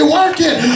working